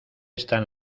están